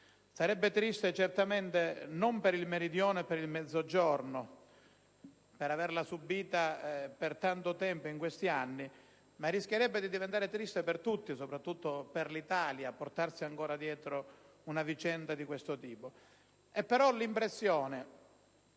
sarebbe certamente triste per il Meridione e per il Mezzogiorno, per averla subita per tanto tempo in questi anni, ma rischierebbe di diventare triste per tutti, soprattutto per l'Italia, portarsi ancora dietro una vicenda di questo tipo. Tuttavia, ho l'impressione